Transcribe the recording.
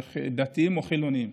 דתיים או חילונים,